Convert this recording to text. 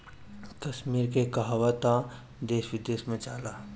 कश्मीर के कहवा तअ देश विदेश में जाला